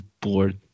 bored